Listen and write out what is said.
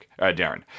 Darren